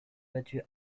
battu